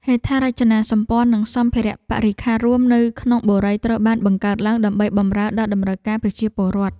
ហេដ្ឋារចនាសម្ព័ន្ធនិងសម្ភារៈបរិក្ខាររួមនៅក្នុងបុរីត្រូវបានបង្កើតឡើងដើម្បីបម្រើដល់តម្រូវការប្រជាពលរដ្ឋ។